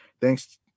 thanks